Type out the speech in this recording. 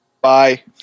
Bye